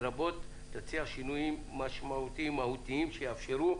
לרבות להציע שינויים משמעותיים מהותיים שיאפשרו